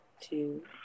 two